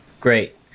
great